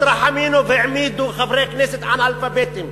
את רחמימוב העמידו חברי כנסת אנאלפביתים.